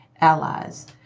allies